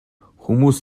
хүмүүс